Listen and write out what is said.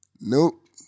nope